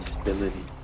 ability